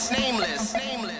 nameless